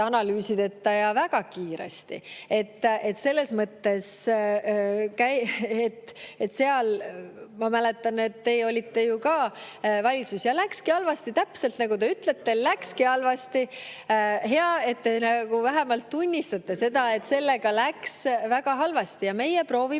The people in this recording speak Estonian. analüüsideta ja väga kiiresti. Selles mõttes – ma mäletan, et teie olite ju ka valitsuses – läkski halvasti. Täpselt nagu te ütlete, läkski halvasti. Hea, et te vähemalt tunnistate (Hääl saalist.) seda, et sellega läks väga halvasti, ja meie proovime